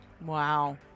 Wow